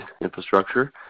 infrastructure